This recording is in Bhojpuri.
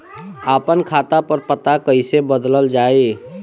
आपन खाता पर पता कईसे बदलल जाई?